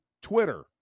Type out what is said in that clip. Twitter